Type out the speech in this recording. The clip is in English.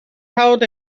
told